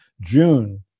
June